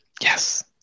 Yes